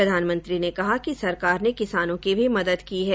प्रधानमंत्री ने कहा कि सरकार ने किसानों की भी मदद की है